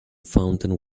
fountain